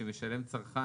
שמשלם צרכן,